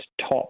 top